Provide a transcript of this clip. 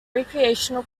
recreational